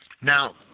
Now